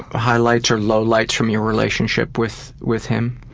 highlights or lowlights from your relationship with with him?